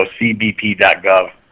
cbp.gov